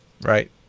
Right